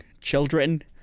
children